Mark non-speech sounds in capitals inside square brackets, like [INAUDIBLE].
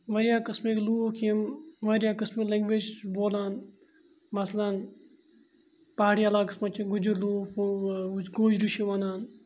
واریاہ قٕسمٕکۍ لوٗکھ یِم واریاہ قٕسمٕکۍ لنٛگویج چھِ بولان مثلاً پہاڑی علاقَس منٛز چھِ گُجِر لوٗکھ [UNINTELLIGIBLE] گوجری چھِ وَنان